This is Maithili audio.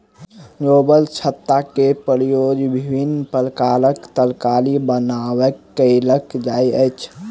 गोबरछत्ता के उपयोग विभिन्न प्रकारक तरकारी बनबय कयल जाइत अछि